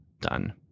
done